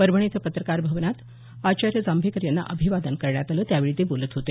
परभणी इथं पत्रकार भवनात आचार्य जांभेकर यांना अभिवादन करण्यात आलं त्यावेळी ते बोलत होते